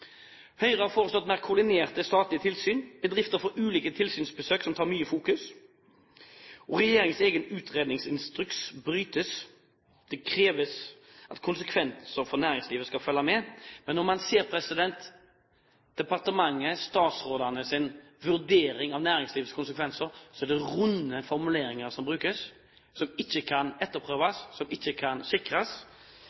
Høyre har foreslått mer koordinerte statlige tilsyn. Bedrifter får ulike tilsynsbesøk som tar mye oppmerksomhet, og regjeringens egen utredningsinstruks, der det kreves at konsekvenser for næringslivet skal være med, brytes. Men når man ser departementets, statsrådenes, vurderinger av konsekvensene for næringslivet, er det runde formuleringer som brukes, som ikke kan